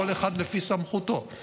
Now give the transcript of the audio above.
כל אחד לפי סמכותו.